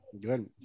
Good